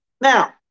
Now